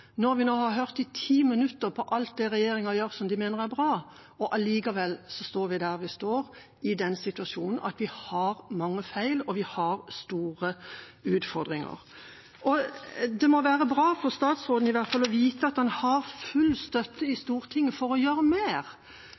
når vi får all den kritikken vi får, og vi nå har hørt i 10 minutter på alt det regjeringa gjør, og som de mener er bra, at vi allikevel står der vi står – i den situasjonen at vi har mange feil og store utfordringer. Det må være bra for statsråden i hvert fall å vite at han har full støtte i Stortinget for å gjøre mer.